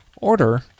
order